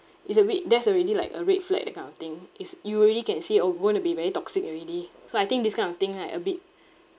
it's a bit that's already like a red flag that kind of thing is you already can see orh going to be very toxic already so I think this kind of thing right a bit